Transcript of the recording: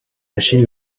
machine